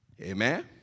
Amen